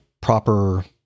proper